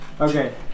Okay